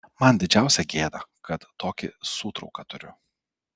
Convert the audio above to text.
man didžiausia gėda kad tokį sūtrauką turiu